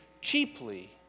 cheaply